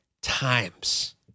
times